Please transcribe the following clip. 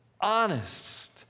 honest